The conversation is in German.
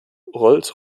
rolls